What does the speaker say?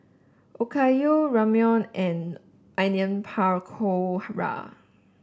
Okayu Ramyeon and Onion Pakora